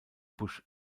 busch